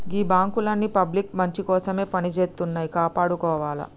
గీ బాంకులన్నీ పబ్లిక్ మంచికోసమే పనిజేత్తన్నయ్, కాపాడుకోవాల